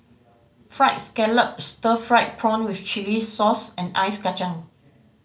Fried Scallop stir fried prawn with chili sauce and Ice Kachang